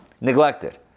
neglected